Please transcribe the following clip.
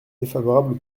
défavorable